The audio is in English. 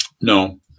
No